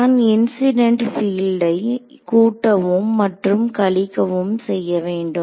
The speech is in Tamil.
நான் இன்ஸிடெண்ட் பீல்டை கூட்டவும் மற்றும் கழிக்கவும் செய்ய வேண்டும்